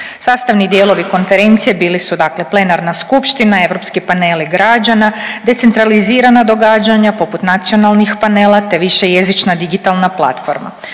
Sastavni dijelovi Konferencije bili su dakle plenarna skupština, europski paneli građana, decentralizirana događanja poput nacionalnih panela te višejezična digitalna platforma.